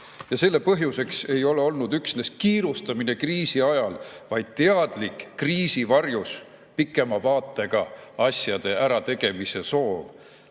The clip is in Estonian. Selle põhjuseks ei ole olnud üksnes kiirustamine kriisi ajal, vaid teadlik kriisi varjus pikema vaatega asjade ärategemise soov,